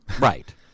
Right